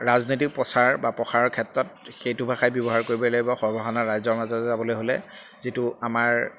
ৰাজনৈতিক প্ৰচাৰ বা প্ৰসাৰৰ ক্ষেত্ৰত সেইটো ভাষাই ব্যৱহাৰ কৰিবই লাগিব সৰ্বসাধাৰণ ৰাইজৰ মাজত যাবলৈ হ'লে যিটো আমাৰ